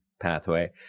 pathway